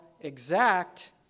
exact